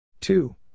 two